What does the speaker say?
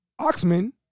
Oxman